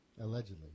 Allegedly